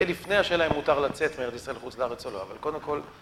לפני השאלה אם מותר לצאת מארץ ישראל לחוץ לארץ או לא, אבל קודם כל...